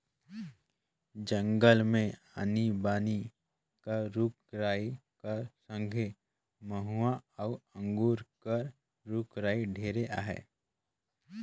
जंगल मे आनी बानी कर रूख राई कर संघे मउहा अउ अंगुर कर रूख राई ढेरे अहे